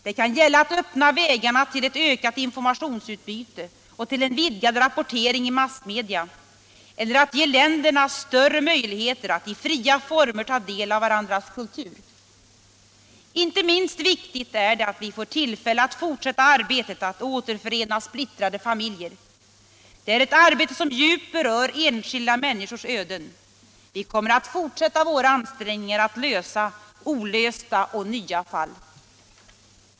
Det kan gälla att öppna vägarna till ett ökat informationsutbyte och till en vidgad rapportering i massmedia, eller att ge länderna större möjligheter att i fria former ta del av varandras kultur. Inte minst viktigt är det att vi får tillfälle att fortsätta arbetet att återförena splittrade familjer. Det är ett arbete som djupt berör enskilda människors öden. Vi kommer att fortsätta våra ansträngningar att lösa olösta och nya fall.